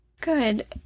Good